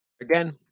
Again